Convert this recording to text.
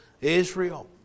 Israel